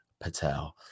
Patel